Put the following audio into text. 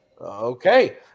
Okay